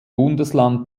bundesland